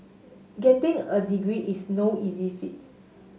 getting a degree is no easy feat